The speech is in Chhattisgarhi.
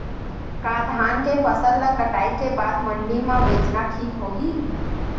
का धान के फसल ल कटाई के बाद मंडी म बेचना ठीक होही?